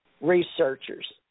researchers